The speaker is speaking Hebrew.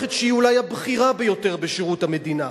במערכת שהיא אולי הבכירה ביותר בשירות המדינה.